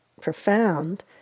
profound